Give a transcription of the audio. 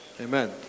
Amen